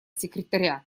секретаря